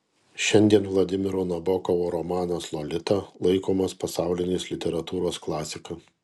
šiandien vladimiro nabokovo romanas lolita laikomas pasaulinės literatūros klasika